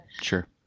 sure